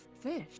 fish